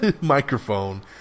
Microphone